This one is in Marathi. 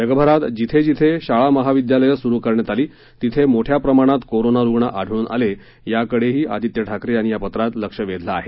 जगभरात जिथं जिथं शाळा महाविद्यालयं सुरू करण्यात आली तिथे मोठ्या प्रमाणात कोरोना रुग्ण आढळून आले याकडेही आदित्य ठाकरे यांनी या पत्रात लक्ष वेधलं आहे